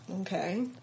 okay